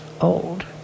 old